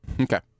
Okay